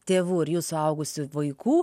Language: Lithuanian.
tėvų ir jų suaugusių vaikų